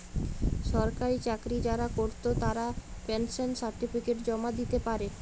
সরকারি চাকরি যারা কোরত তারা পেনশন সার্টিফিকেট জমা দিতে পারে